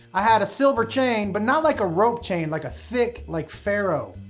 i had a silver chain, but not like a rope chain, like a thick like pharaoh.